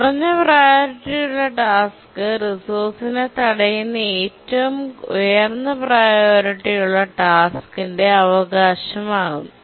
കുറഞ്ഞ പ്രിയോറിറ്റി യുള്ള ടാസ്ക് റിസോഴ്സ്നെ തടയുന്ന ഏറ്റവും ഉയർന്ന പ്രിയോറിറ്റിയുള്ള ടാസ്ക്കിന്റെ പ്രിയോറിറ്റി അവകാശമാക്കുന്നു